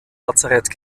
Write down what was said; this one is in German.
lazarett